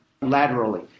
laterally